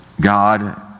God